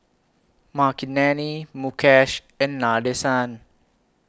Makineni Mukesh and Nadesan